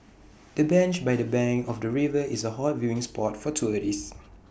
the bench by the bank of the river is A hot viewing spot for tourists